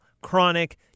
chronic